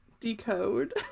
Decode